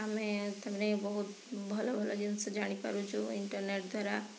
ଆମେ ତା ମାନେ ବହୁତ ଭଲ ଭଲ ଜିନିଷ ଜାଣି ପାରୁଛୁ ଇଣ୍ଟରନେଟ୍ ଦ୍ଵାରା